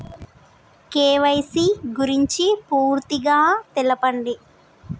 KYC గురించి పూర్తిగా తెలపండి?